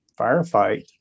firefight